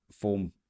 form